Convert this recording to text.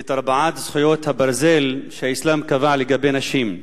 את ארבע זכויות הברזל שהאסלאם קבע לגבי נשים.